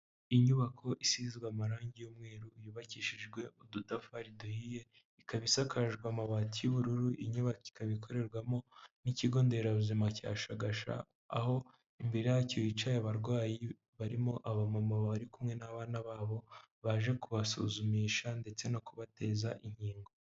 Inyubako isizwe amarangi y'umweru, yubakishijwe udutafari duhiye, ikaba isakajwe amabati y'ubururu, inyubako ikaba ikorerwamo n'ikigo nderabuzima cya Shagasha, aho imbere yacyo hicaye abarwayi, barimo aba mama bari kumwe n'abana babo, baje kubasuzumisha, ndetse no kubateza inkingo.